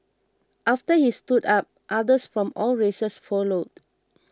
after he stood up others from all races followed